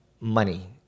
money